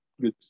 good